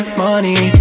money